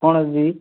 କ'ଣ ଦିଦି